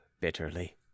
bitterly